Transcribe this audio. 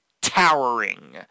towering